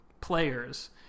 players